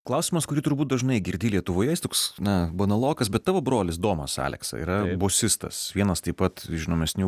klausimas kurį turbūt dažnai girdi lietuvoje jis toks na banalokas bet tavo brolis domas aleksa yra bosistas vienas taip pat žinomesnių